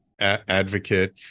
advocate